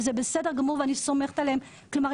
וזה בסדר גמור ואני סומכת עליהם כי הם